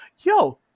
Yo